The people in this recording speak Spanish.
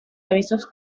avisos